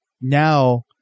now